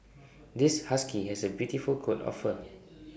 this husky has A beautiful coat of fur